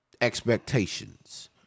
expectations